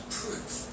proof